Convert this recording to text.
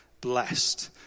blessed